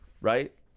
right